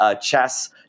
chess